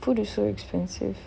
food is so expensive